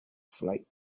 flight